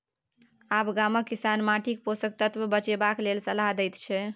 आब गामक किसान माटिक पोषक तत्व बचेबाक लेल सलाह दै छै